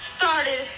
started